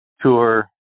Tour